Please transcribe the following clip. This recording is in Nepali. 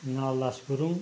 नवलास गुरूङ